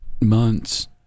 months